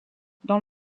dans